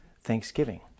Thanksgiving